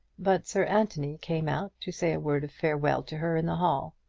but sir anthony came out to say a word of farewell to her in the hall.